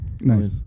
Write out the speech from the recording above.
Nice